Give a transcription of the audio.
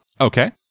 Okay